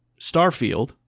Starfield